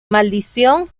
maldición